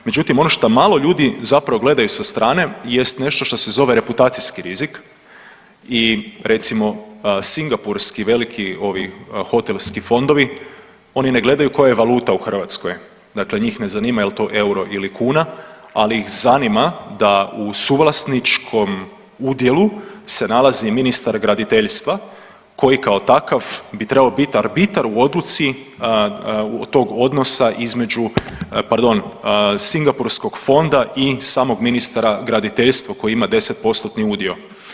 Međutim, ono šta malo ljudi zapravo gledaju sa strane jest nešto što se zove reputacijski rizik i recimo singapurski veliki ovi hotelski fondovi oni ne gledaju koja je valuta u Hrvatskoj, dakle njih ne zanima je li to euro ili kuna, ali ih zanima da u suvlasničkom udjelu se nalazi ministar graditeljstva koji kao takav bi trebao biti arbitar u odluci tog odnosa između, pardon singapurskog fonda i samog ministra graditeljstva koji ima 10%-tni udio.